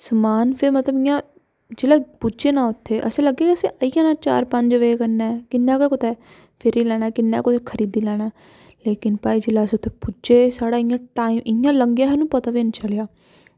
ते समान ते मतलब इं'या ते जेल्लै पुज्जे निं इत्थें ते असें ई लग्गेआ की मतलब चार पंज बजे कन्नै किन्ना गै कुतै फिरी लैना किन्ना गै खरीदी लैना लेकिन भई जेल्लै उत्थें पुज्जे तां इं'या लग्गेआ हा की पता बी निं चलेआ